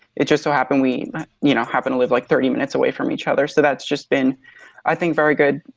it just so happened we you know, happened to live like thirty minutes away from each other. so that's just been i think very good.